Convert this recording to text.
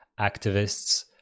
activists